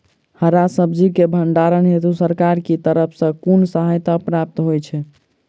हरा सब्जी केँ भण्डारण हेतु सरकार की तरफ सँ कुन सहायता प्राप्त होइ छै?